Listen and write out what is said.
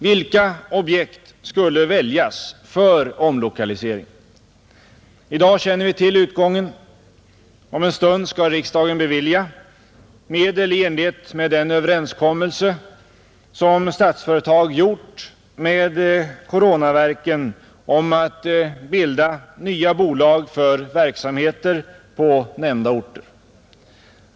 Vilka objekt skulle väljas för omlokalisering? I dag känner vi till utgången. Om en stund skall riksdagen bevilja medel i enlighet med den överenskommelse som Statsföretag gjort med Coronaverken om att bilda nya bolag för verksamheter på nämnda orter.